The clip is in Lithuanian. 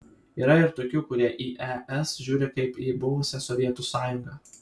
yra ir tokių kurie į es žiūri kaip į buvusią sovietų sąjungą